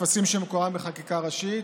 בטפסים שבמקורם בחקיקה ראשית.